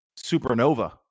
supernova